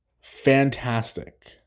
fantastic